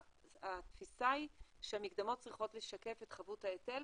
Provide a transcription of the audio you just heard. התפיסה היא שהמקדמות צריכות לשקף את חבות ההיטל,